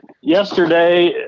yesterday